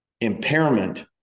Impairment